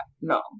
No